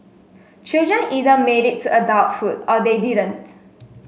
children either made it to adulthood or they didn't